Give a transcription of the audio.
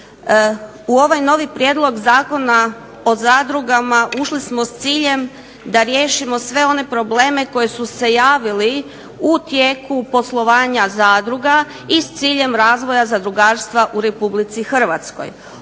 U ovaj novi prijedlog Zakona o zadrugama ušli smo s ciljem da riješimo sve one probleme koji su se javili u tijeku poslovanja zadruga i s ciljem razvoja zadrugarstva u RH. Ovo